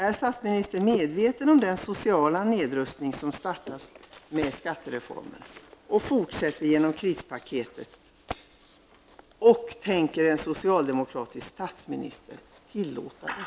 Är statsministern medveten om den sociala nedrustning som startades med skattereformen och fortsätter genom krispaketet? Tänker en socialdemokratisk statsminister tillåta den?